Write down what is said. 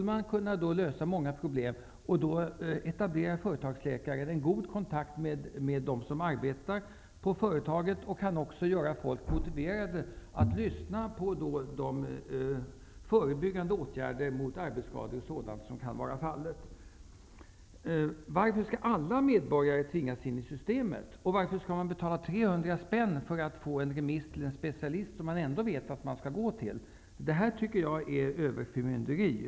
En företagsläkare har god kontakt med dem som arbetar i företaget och kan få de anställda att lyssna på råd om förebyggande åtgärder mot t.ex. arbetsskador. Varför skall alla medborgare tvingas in i systemet? Varför skall man betala 300 kr för att få en remiss till en specialist som man ändå vet att man skall gå till? Detta tycker jag är överförmynderi.